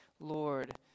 Lord